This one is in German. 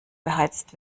beheizt